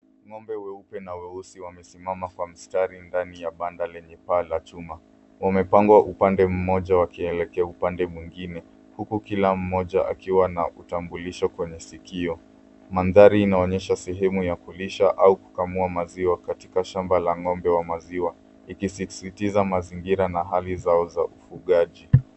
Ng'ombe weupe na weusi wamesimama kwa mstari ndani ya banda lenye paa ya chuma. Wamepangwa upande moja wakielekea upande mwingine huku kila moja akiwa na utambulisho kwenye sikio. Mandhari inaonyesha sehemu ya kulisha au kukamua maziwa katika shamba la ng'ombe wa maziwa, ikisisitiza mazingira na hali yao ya ufugaji.